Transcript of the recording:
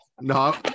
no